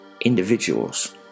Individuals